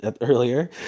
earlier